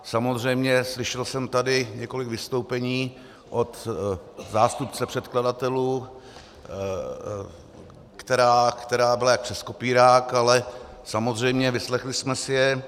Samozřejmě slyšel jsem tady několik vystoupení od zástupce předkladatelů, která byla jak přes kopírák, ale samozřejmě vyslechli jsme si je.